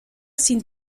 sin